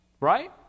right